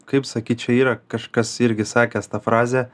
kaip sakyt čia yra kažkas irgi sakęs tą frazę